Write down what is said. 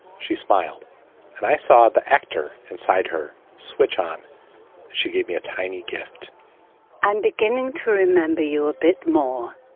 she smiled and i saw the actor inside her switch on she gave me a tiny gift and beginning to remember you a bit more.